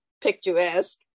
picturesque